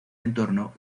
entorno